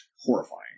horrifying